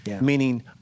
meaning